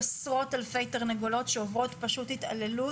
עשרות אלפי תרנגולות שעוברות פשוט התעללות,